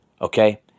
okay